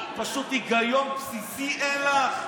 את, פשוט היגיון בסיסי אין לך.